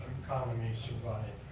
economy survive.